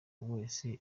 wese